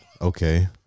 Okay